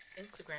Instagram